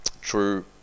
true